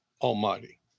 Almighty